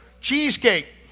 cheesecake